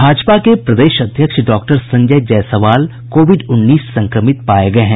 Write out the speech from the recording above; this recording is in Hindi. भाजपा के प्रदेश अध्यक्ष डॉक्टर संजय जायसवाल कोविड उन्नीस संक्रमित पाये गये हैं